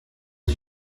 est